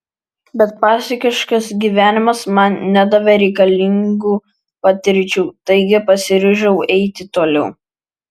bet pasakiškas gyvenimas man nedavė reikalingų patirčių taigi pasiryžau eiti toliau